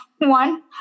one